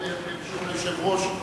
ברשות היושב-ראש,